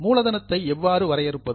மூலதனத்தை எவ்வாறு வரையறுப்பது